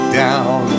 down